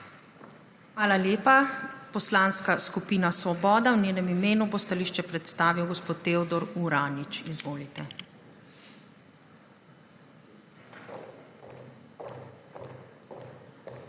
Hvala lepa. Poslanska skupina Svoboda, v njenem imenu bo stališče predstavil gospod Teodor Uranič. Izvolite.